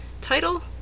title